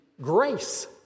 grace